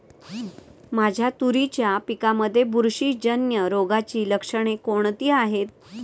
माझ्या तुरीच्या पिकामध्ये बुरशीजन्य रोगाची लक्षणे कोणती आहेत?